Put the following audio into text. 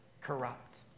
corrupt